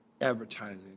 advertising